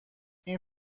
این